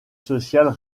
sociales